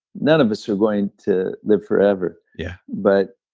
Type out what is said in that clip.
none of us are going to live forever yeah but